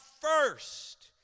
first